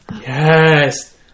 Yes